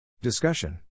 Discussion